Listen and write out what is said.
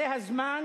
זה הזמן